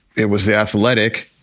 it was the athletic.